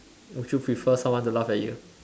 would you prefer someone to laugh at you